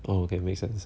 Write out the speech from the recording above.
oh that makes sense